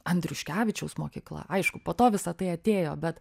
andriuškevičiaus mokykla aišku po to visa tai atėjo bet